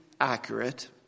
accurate